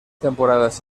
temporadas